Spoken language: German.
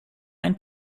ein